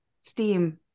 steam